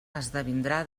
esdevindrà